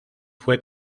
fue